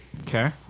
Okay